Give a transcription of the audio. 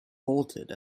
bolted